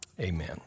amen